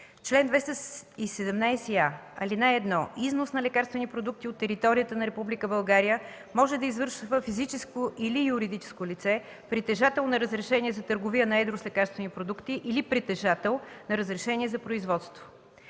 Чл. 217а. (1) Износ на лекарствени продукти от територията на Република България може да извършва физическо или юридическо лице, притежател на разрешение за търговия на едро с лекарствени продукти или притежател на разрешение за производство.